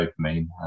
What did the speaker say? dopamine